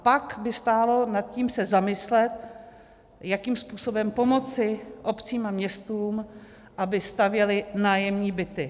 Pak by stálo za to se nad tím zamyslet, jakým způsobem pomoci obcím a městům, aby stavěly nájemní byty.